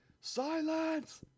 Silence